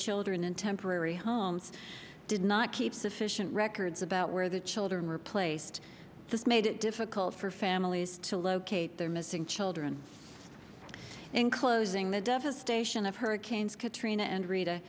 children in temporary homes did not keep sufficient records about where the children were placed just made it difficult for families to locate their missing children enclosing the devastation of hurricanes katrina and rita